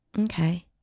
okay